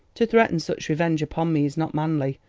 to threaten such revenge upon me is not manly,